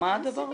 מה הדבר הזה?